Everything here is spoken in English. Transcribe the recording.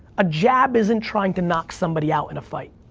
a jab isn't trying to knock somebody out in a fight.